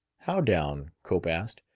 how down? cope asked.